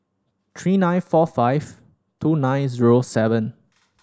three nine four five two nine zero seven